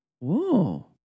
Whoa